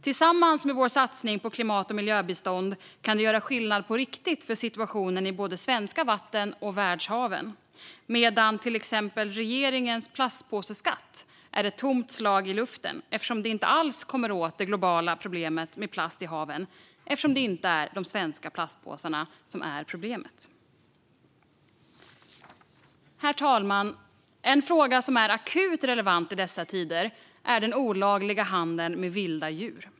Tillsammans med vår satsning på klimat och miljöbistånd kan detta göra skillnad på riktigt för situationen i både de svenska vattnen och världshaven, medan till exempel regeringens plastpåseskatt är ett tomt slag i luften eftersom den inte alls kommer åt det globala problemet med plast i haven - det är ju inte de svenska plastpåsarna som är problemet. Herr talman! En fråga som är akut relevant i dessa tider är den olagliga handeln med vilda djur.